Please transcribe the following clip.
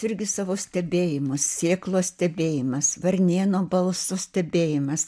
irgi savo stebėjimus sėklos stebėjimas varnėno balso stebėjimas